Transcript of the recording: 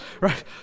right